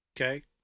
Okay